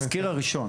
בתסקיר הראשון.